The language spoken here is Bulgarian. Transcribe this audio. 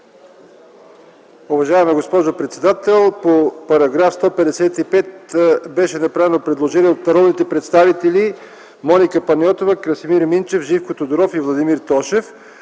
Уважаема госпожо председател, по § 155 беше направено предложение от народните представители Моника Панайотова, Красимир Минчев, Живко Тодоров и Владимир Тошев.